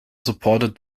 supported